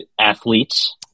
athletes